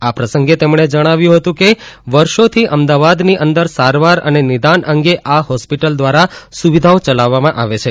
આ પ્રસંગે તેમણે જણાવ્યું હતું કે વર્ષોથી અમદાવાદની અંદર સારવાર અને નિદાન અંગે આ હોસ્પીટલ દ્વારા સુવિધાઓ ચલાવવામાં આવે છે